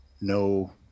no